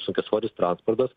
sunkiasvoris transportas